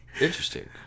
Interesting